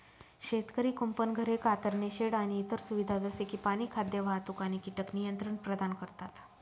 शेतकरी कुंपण, घरे, कातरणे शेड आणि इतर सुविधा जसे की पाणी, खाद्य, वाहतूक आणि कीटक नियंत्रण प्रदान करतात